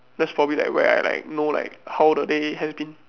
that's probably where I know like how the day has been